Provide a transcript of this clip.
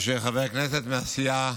שחבר כנסת מסיעה